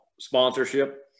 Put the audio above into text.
sponsorship